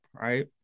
right